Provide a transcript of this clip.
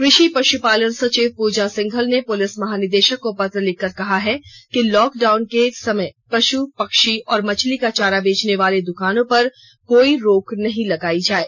कृषि पषुपालन सचिव प्रजा सिंघल ने पुलिस महानिदेषक को पत्र लिखकर कहा है कि लॉकडाउन के समय पष् पक्षी और मछली का चारा बेचने वाले दुकानों पर कोई रोक नहीं लगायी जाये